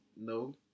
No